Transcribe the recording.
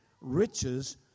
riches